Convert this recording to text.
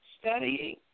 studying